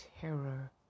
terror